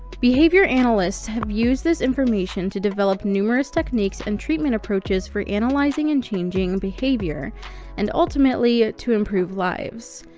behavior analysts have used this information to develop numerous techniques and treatment approaches for analyzing and changing behavior and ultimately to improve lives.